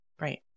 Right